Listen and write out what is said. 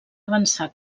avançar